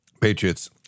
Patriots